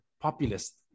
populist